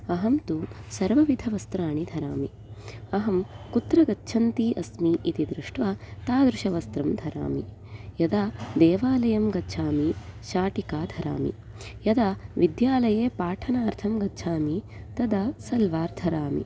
अहं तु सर्वविधवस्त्राणि धरामि अहं कुत्र गच्छन्ती अस्मि इति दृष्ट्वा तादृशवस्त्रं धरामि यदा देवालयं गच्छामि शाटिकां धरामि यदा विद्यालये पाठनार्थं गच्छामि तदा सल्वार् धरामि